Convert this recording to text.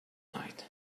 night